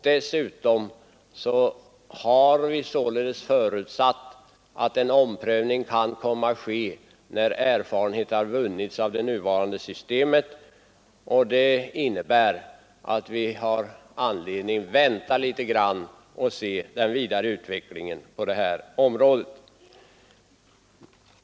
Dessutom har vi förutsatt att en omprövning kan komma att göras när erfarenhet har vunnits av det nuvarande systemet, och därför anser vi att det finns anledning vänta litet och se den vidare utvecklingen på detta område. Herr talman!